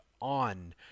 on